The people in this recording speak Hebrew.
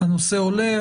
הנושא עולה,